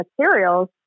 materials